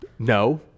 No